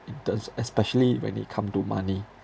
in terms especially when it come to money